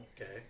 Okay